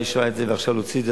ועכשיו להוציא את זה,